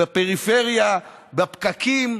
בפריפריה ובפקקים,